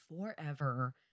forever